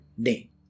day